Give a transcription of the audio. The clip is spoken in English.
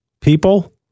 people